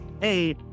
hey